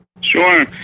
Sure